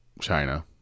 China